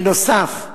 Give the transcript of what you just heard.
בנוסף,